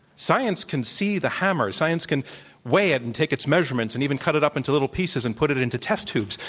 science can see the hammer. science can weigh it and take its measurements and even cut it up into little pieces and put it it into test tubes.